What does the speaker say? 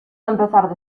empezar